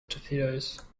torpedoes